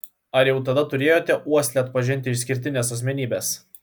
ar jau tada turėjote uoslę atpažinti išskirtines asmenybes